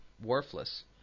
worthless